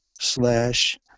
slash